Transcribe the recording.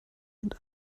und